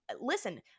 Listen